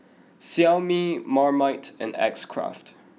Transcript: Xiaomi Marmite and X Craft